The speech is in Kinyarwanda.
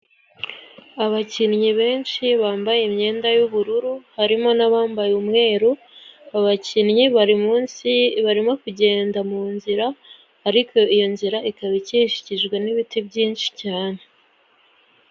Abakinnyi benshi bambaye imyenda y'ubururu, harimo n'abambaye umweru, abakinnyi bari munsi, barimo kugenda mu nzira, ariko iyo nzira ikaba ikikijwe n'ibiti byinshi cyane.